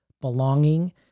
belonging